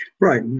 Right